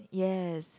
yes